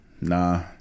Nah